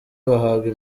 bahabwa